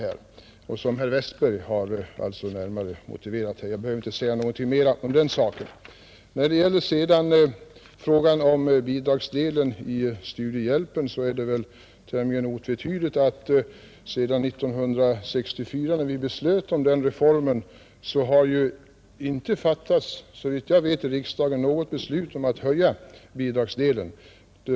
Den reservationen har även herr Westberg i Ljusdal här talat för, och jag behöver därför inte säga mer om den saken, Vad sedan gäller frågan om bidragsdelen i studiehjälpen är det väl tämligen obestridligt att sedan vi 1964 beslöt om den reformen har inte riksdagen fattat något beslut om att höja bidragsdelen.